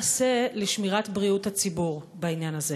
3. מה נעשה לשמירת בריאות הציבור בעניין הזה?